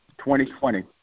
2020